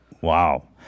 wow